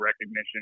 recognition